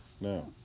No